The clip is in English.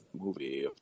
movie